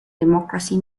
democracy